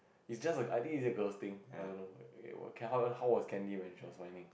is just like I think is a girls thing I don't know how how was Candy when she was whining